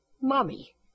Mommy